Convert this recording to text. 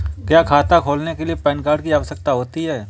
क्या खाता खोलने के लिए पैन कार्ड की आवश्यकता होती है?